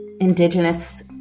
indigenous